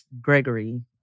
Gregory